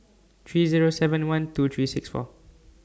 three Zero seven one two three six four